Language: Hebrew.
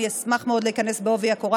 אני אשמח מאוד להיכנס בעובי הקורה,